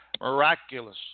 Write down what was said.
miraculous